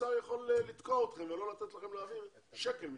האוצר יכול לתקוע אתכם ולא לתת לכם להעביר שקל משם.